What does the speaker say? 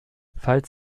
falls